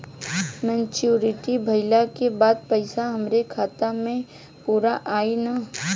Maturity भईला के बाद पईसा हमरे खाता म पूरा आई न?